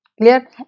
clear